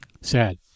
Sad